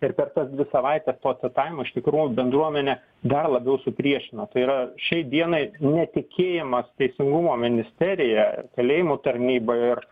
ir per tas dvi savaites to citavimo iš tikrųjų bendruomenę dar labiau supriešino tai yra šiai dienai netikėjimas teisingumo ministerija kalėjimų tarnyba ir